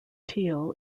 teal